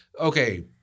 Okay